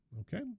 Okay